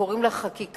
שקוראים לה חקיקה.